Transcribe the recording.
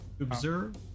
Observe